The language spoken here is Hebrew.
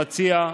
למציע,